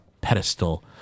pedestal